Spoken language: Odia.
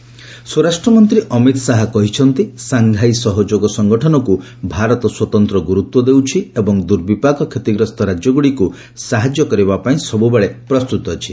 ଶାହା ଏସ୍ସିଓ ସ୍ୱରାଷ୍ଟ୍ରମନ୍ତ୍ରୀ ଅମିତ ଶାହା କହିଛନ୍ତି ସାଂଘାଇ ସହଯୋଗ ସଂଗଠନକୁ ଭାରତ ସ୍ୱତନ୍ତ୍ର ଗୁରୁତ୍ୱ ଦେଉଛି ଏବଂ ଦୁର୍ବିପାକ କ୍ଷତିଗ୍ରସ୍ତ ରାଜ୍ୟଗୁଡ଼ିକୁ ସାହାଯ୍ୟ କରିବା ପାଇଁ ସବୁବେଳେ ପ୍ରସ୍ତୁତ ଅଛି